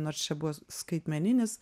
nors čia buvo skaitmeninis